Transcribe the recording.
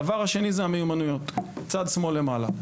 הדבר השני זה המיומנויות, בצד שמאל למעלה.